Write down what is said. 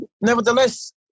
Nevertheless